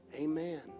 Amen